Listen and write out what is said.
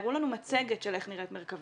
הראו לנו מצגת של איך נראית מרכב"ה.